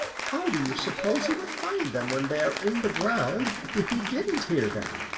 how do you suppose he would find them when they are in the ground if he didn't hear them?